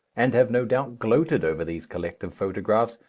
and have no doubt gloated over these collective photographs,